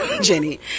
Jenny